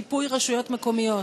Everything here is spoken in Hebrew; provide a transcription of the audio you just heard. שיפוי רשויות מקומיות.